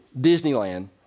Disneyland